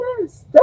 yes